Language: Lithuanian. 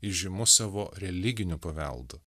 įžymus savo religiniu paveldu